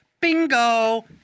Bingo